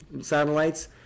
satellites